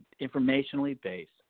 informationally-based